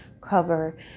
cover